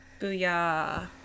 Booyah